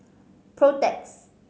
protex